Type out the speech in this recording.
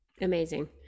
Amazing